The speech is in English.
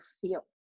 feel